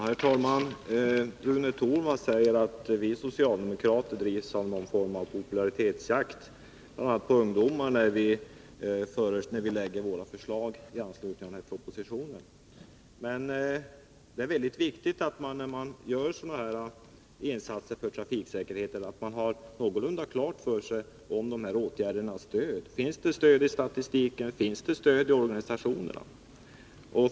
Herr talman! Rune Torwald säger att vi socialdemokrater driver någon form av popularitetsjakt, bl.a. på ungdomar, när vi lägger fram våra förslag i anslutning till denna proposition. Men när man gör sådana här insatser för trafiksäkerheten är det mycket viktigt att man har någorlunda klart för sig att dessa åtgärder har något stöd. Man bör veta om det finns stöd i t.ex. statistiken eller organisationerna.